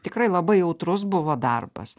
tikrai labai jautrus buvo darbas